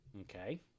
okay